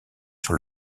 sur